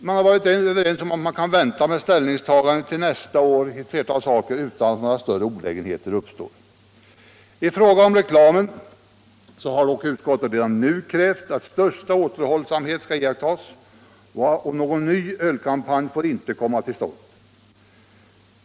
Vi har varit överens om att man kan vänta med ställningstagandet till nästa år i ett flertal frågor utan att några större olägenheter uppstår. I fråga om reklamen har dock utskottet redan nu krävt att största återhållsamhet skall iakttas, och någon ny ölkampanj får inte komma till stånd.